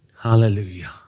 Hallelujah